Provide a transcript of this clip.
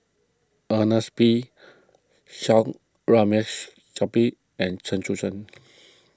Ernest P Shanks and Chen Sucheng